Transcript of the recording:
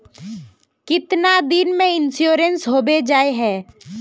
कीतना दिन में इंश्योरेंस होबे जाए है?